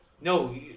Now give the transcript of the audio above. No